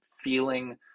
feeling